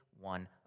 One